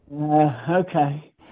okay